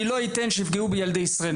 אני לא אתן שיפגעו בילדי ישראל,